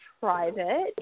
private